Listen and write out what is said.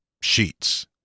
sheets